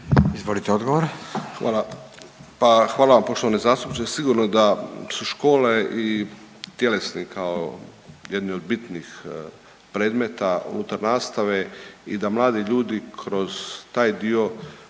Hvala. Pa hvala vam poštovani zastupniče, sigurno da su škole i tjelesni kao jedni od bitnih predmeta unutar nastave i da mladi ljudi kroz taj dio svog